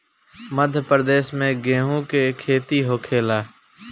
मध्यप्रदेश में गेहू के खेती होखेला